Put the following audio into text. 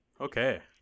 Okay